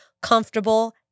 comfortable